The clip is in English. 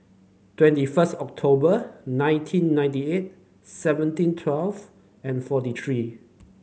twenty first October nineteen ninety eight seventeen twelve and forty three